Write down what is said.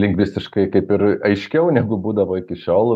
lingvistiškai kaip ir aiškiau negu būdavo iki šiol